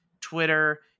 Twitter